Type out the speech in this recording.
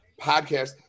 Podcast